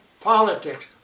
politics